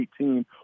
2018